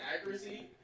accuracy